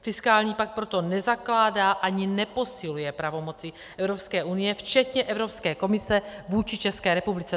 Fiskální pakt proto nezakládá ani neposiluje pravomoci Evropské unie včetně Evropské komise vůči České republice.